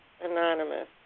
Anonymous